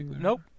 nope